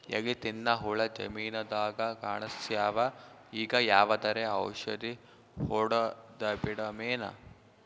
ಎಲಿ ತಿನ್ನ ಹುಳ ಜಮೀನದಾಗ ಕಾಣಸ್ಯಾವ, ಈಗ ಯಾವದರೆ ಔಷಧಿ ಹೋಡದಬಿಡಮೇನ?